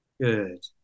Good